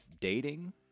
dating